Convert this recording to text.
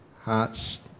hearts